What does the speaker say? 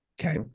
Okay